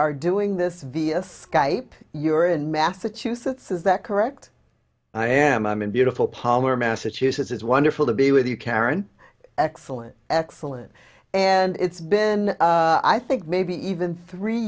are doing this via skype you're in massachusetts is that correct i am i'm in beautiful palmer massachusetts is wonderful to be with you karen excellent excellent and it's been i think maybe even three